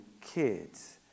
kids